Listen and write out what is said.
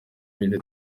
b’iri